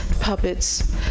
Puppets